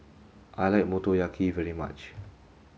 I like Motoyaki very much